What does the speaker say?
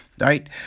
Right